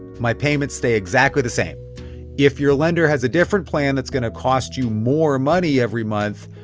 my payments stay exactly the same if your lender has a different plan that's going to cost you more money every month,